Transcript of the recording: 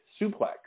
suplex